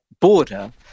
border